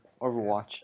Overwatch